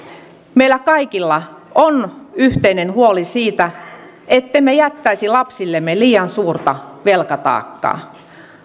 meillä kaikilla on yhteinen huoli siitä ettemme jättäisi lapsillemme liian suurta velkataakkaa